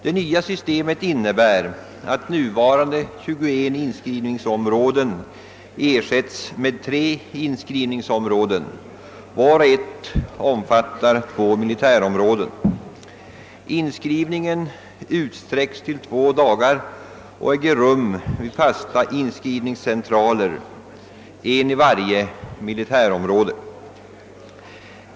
Det nya systemet innebär att nuvarande 21 inskrivningsområden ersätts med tre inskrivningsområden vart och ett omfattande två militärområden. Inskrivningen utsträcks till två dagar och äger rum vid fasta inskrivningscentraler, en i varje militärområde.